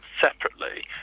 separately